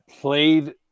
played